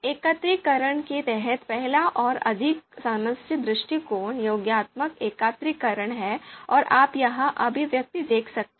एकत्रीकरण के तहत पहला और अधिक सामान्य दृष्टिकोण योगात्मक एकत्रीकरण है और आप यहां अभिव्यक्ति देख सकते हैं